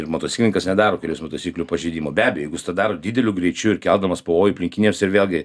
ir motociklininkas nedaro kelių eismo taisyklių pažeidimo be abejo jeigu jis tą daro dideliu greičiu ir keldamas pavojų aplinkiniams ir vėlgi